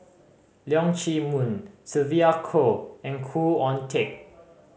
Leong Chee Mun Sylvia Kho and Khoo Oon Teik